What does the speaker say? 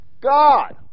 God